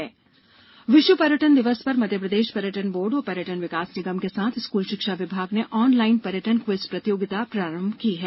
विश्व पर्यटन दिवस विश्व पर्यटन दिवस पर मध्य प्रदेश पर्यटन बोर्ड और पर्यटन विकास निगम के साथ स्कूल शिक्षा विभाग ने ऑनलाइन पर्यटन क्विज प्रतियोगिता प्रारंभ की है